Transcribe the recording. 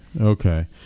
okay